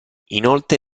inoltre